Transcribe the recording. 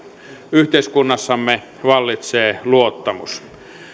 yhteiskunnassamme vallitsee luottamus